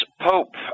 pope